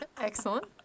Excellent